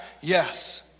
Yes